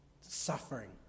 suffering